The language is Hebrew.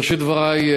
בראשית דברי,